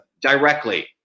directly